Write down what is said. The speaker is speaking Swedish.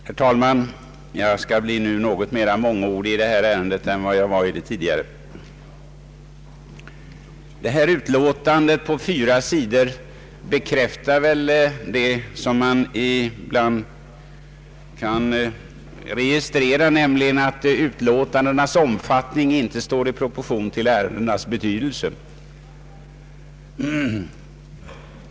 Herr talman! Jag skall bli något mera mångordig i detta ärende än jag var i det tidigare. Föreliggande utlåtande på fyra sidor bekräftar väl det som man ibland kan registrera, nämligen att utlåtandenas omfattning inte står i proportion till ärendenas betydelse.